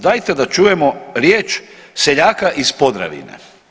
Dajte da čujemo riječ seljaka iz Podravine.